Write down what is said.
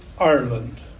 Ireland